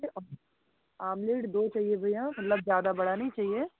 omelette दो चाहिए मुझे मतलब ज़्यादा बड़ा नहीं चाहिए